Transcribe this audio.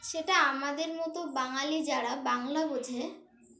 সেটা আমাদের মতো বাঙালি যারা বাংলা বোঝে